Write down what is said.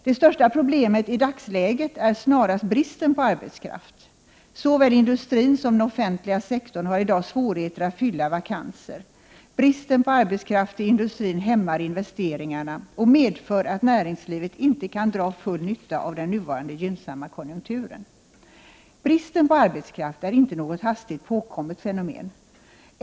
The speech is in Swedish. Det största problemet i dagsläget är snarast bristen på arbetskraft. Såväl industrin som den offentliga sektorn har i dag svårigheter att fylla vakanser. Bristen på arbetskraft i industrin hämmar investeringarna och medför att näringslivet inte kan dra full nytta av den nuvarande gynnsamma konjunkturen. Bristen på arbetskraft är inte något hastigt påkommet fenomen.